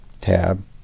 tab